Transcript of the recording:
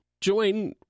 join